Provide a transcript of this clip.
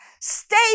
Stay